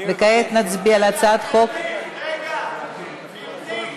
אני מבקש, רגע, גברתי.